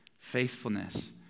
faithfulness